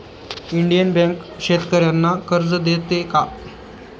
Indian bank शेतकर्यांना कर्ज देते का?